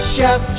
Chef